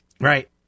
Right